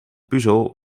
puzzel